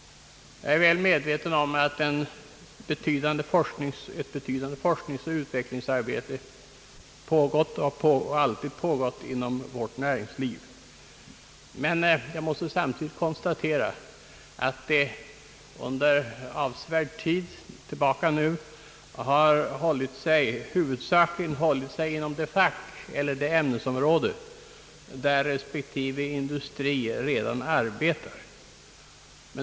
Jag är väl medveten om att ett betydande forskningsoch utvecklingsarbete alltid pågått inom vårt näringsliv, men jag måste samtidigt konstatera att det under avsevärd tid huvudsakligen hållit sig inom det fack eller ämnesområde, där respektive industri redan arbetar.